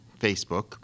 Facebook